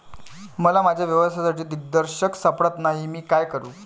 मला माझ्या व्यवसायासाठी दिग्दर्शक सापडत नाही मी काय करू?